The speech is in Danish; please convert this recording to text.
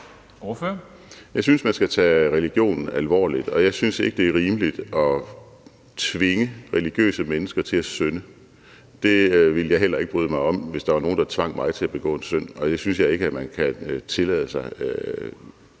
Jeg synes, man skal tage religion alvorligt, og jeg synes ikke, at det er rimeligt at tvinge religiøse mennesker til at synde. Jeg ville heller ikke bryde mig om, hvis der var nogle, der tvang mig til at begå en synd. Det synes jeg ikke man kan tillade sig